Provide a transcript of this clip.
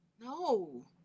No